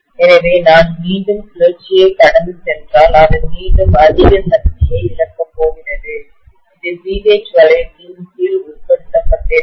எனவே நான் மீண்டும் சுழற்சியைக் கடந்து சென்றால் அது மீண்டும் அதிக சக்தியை இழக்கப் போகிறது அது BH வளையத்தின் கீழ் உட்படுத்தப்பட்டிருக்கும்